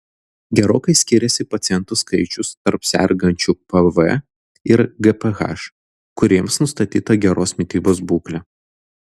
gerokai skyrėsi pacientų skaičius tarp sergančių pv ir gph kuriems nustatyta geros mitybos būklė